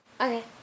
Okay